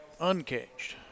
Uncaged